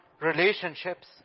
relationships